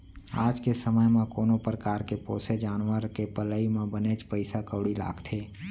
आज के समे म कोनो परकार के पोसे जानवर के पलई म बनेच पइसा कउड़ी लागथे